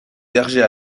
berger